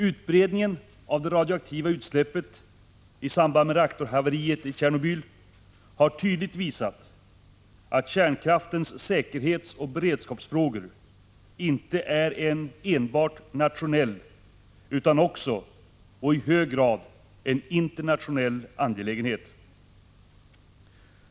Utbredningen av det radioaktiva utsläppet i samband med reaktorhaveriet i Tjernobyl har tydligt visat att kärnkraftens säkerhetsoch beredskapsfrågor inte är en enbart nationell utan också, och i hög grad, en internationell angelägenhet.